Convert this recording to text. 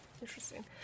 interesting